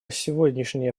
сегодняшнее